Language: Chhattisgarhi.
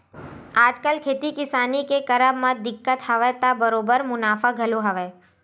आजकल खेती किसानी के करब म दिक्कत हवय त बरोबर मुनाफा घलो हवय